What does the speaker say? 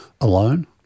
alone